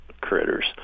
critters